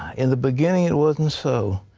in the beginning it wasn't so.